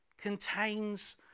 contains